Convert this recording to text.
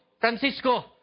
Francisco